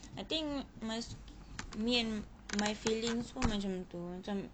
I think must me and my feelings pun macam gitu macam